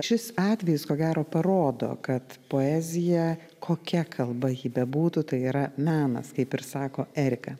šis atvejis ko gero parodo kad poezija kokia kalba ji bebūtų tai yra menas kaip ir sako erika